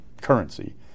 currency